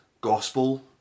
gospel